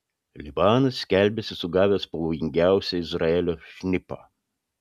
libanas skelbiasi sugavęs pavojingiausią izraelio šnipą